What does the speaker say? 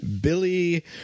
Billy